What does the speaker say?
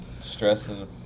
stressing